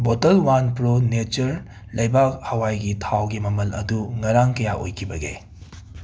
ꯕꯣꯇꯜ one pro nature ꯂꯩꯕꯥꯛ ꯍꯋꯥꯏꯒꯤ ꯊꯥꯎꯒꯤ ꯃꯃꯜ ꯑꯗꯨ ꯉꯔꯥꯡ ꯀꯌꯥ ꯑꯣꯏꯈꯤꯕꯒꯦ